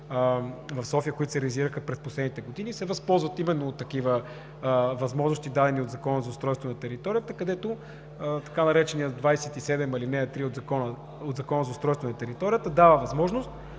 в София, които се реализираха през последните години, се възползват именно от такива възможности, дадени от Закона за устройство на територията, където така нареченият чл. 27, ал. 3 от ЗУТ дава възможност